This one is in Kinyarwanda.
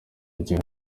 igihe